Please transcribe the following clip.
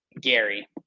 Gary